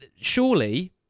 Surely